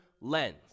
lens